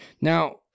Now